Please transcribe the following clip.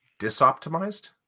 disoptimized